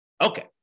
Okay